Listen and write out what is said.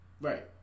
Right